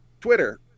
Twitter